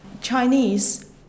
Chinese